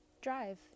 drive